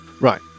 right